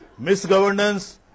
misgovernance